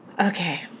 Okay